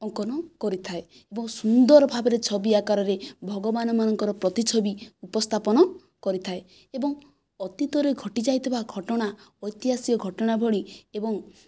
ଅଙ୍କନ କରିଥାଏ ଏବଂ ସୁନ୍ଦର ଭାବରେ ଛବି ଆକାରରେ ଭଗବାନ ମାନଙ୍କର ପ୍ରତିଛବି ଉପସ୍ତାପନ କରିଥାଏ ଏବଂ ଅତୀତରେ ଘଟି ଯାଇଥିବା ଘଟଣା ଐତିହାସିକ ଘଟଣା ଭଳି ଏବଂ